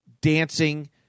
dancing